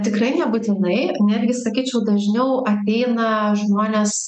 tikrai nebūtinai netgi sakyčiau dažniau ateina žmonės